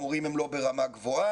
המורים הם לא ברמה גבוהה,